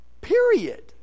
Period